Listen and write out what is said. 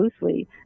loosely